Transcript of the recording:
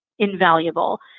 invaluable